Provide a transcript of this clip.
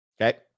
Okay